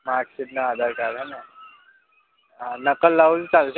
marksheet ને Aadhaar card હં ને હા નકલ લાવું તો ચાલશે